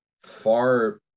Far